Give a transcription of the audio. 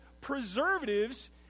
preservatives